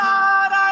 God